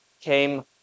came